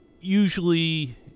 usually